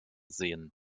sehen